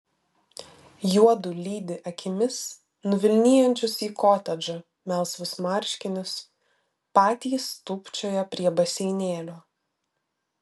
juodu lydi akimis nuvilnijančius į kotedžą melsvus marškinius patys tūpčioja prie baseinėlio